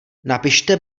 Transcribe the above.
napište